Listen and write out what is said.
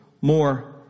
more